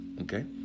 okay